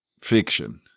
fiction